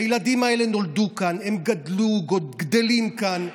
הילדים האלה נולדו כאן, הם גדלו וגדלים כאן,